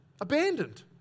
abandoned